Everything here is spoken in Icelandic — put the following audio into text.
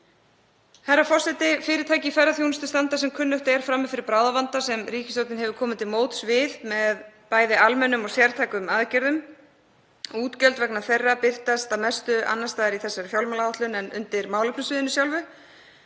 Herra forseti. Fyrirtæki í ferðaþjónustu standa sem kunnugt er frammi fyrir bráðavanda sem ríkisstjórnin hefur komið til móts við með bæði almennum og sértækum aðgerðum. Útgjöld vegna þeirra birtast að mestu annars staðar í þessari fjármálaáætlun en undir sjálfu